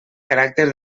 caràcter